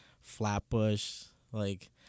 Flatbush—like